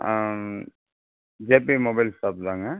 ஆ JB mobile shop தான்ங்க